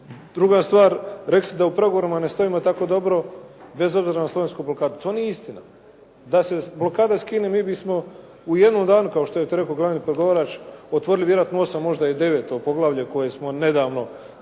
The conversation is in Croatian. Druga stvar, rekli ste da u pregovorima ne stojimo tako dobro, bez obzira na slovensku blokadu. To nije istina. Da se blokada skine, mi bismo u jednom danu, kao što je to rekao glavni pregovarač otvorili vjerojatno 8, možda i 9. poglavlje koje smo nedavno, za